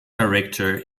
director